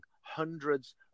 hundreds